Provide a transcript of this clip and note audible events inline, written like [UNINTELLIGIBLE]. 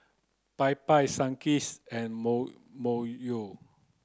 Popeyes Sunkist and [UNINTELLIGIBLE] Myojo